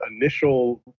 initial